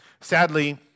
Sadly